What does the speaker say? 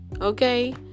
Okay